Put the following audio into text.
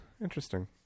interesting